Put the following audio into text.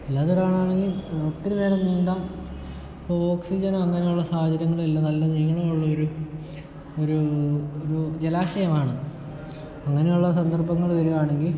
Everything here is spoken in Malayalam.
അല്ലാതെ ഒരാളാണെങ്കിൽ ഒത്തിരി നേരം നീന്താൻ ഇപ്പോൾ ഓക്സിജനോ അങ്ങനെയുള്ള സാഹചര്യങ്ങളോ ഇല്ല നല്ല നീളം ഉള്ളൊരു ഒരു ഒരു ജലാശയമാണ് അങ്ങനെയുള്ള സന്ദർഭങ്ങൾ വരുകയാണെങ്കിൽ